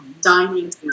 dining